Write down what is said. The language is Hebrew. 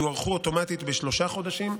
יוארכו אוטומטית בשלושה חודשים.